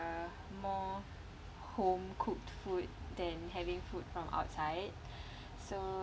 uh more home cooked food than having food from outside so